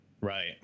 Right